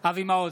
אבי מעוז,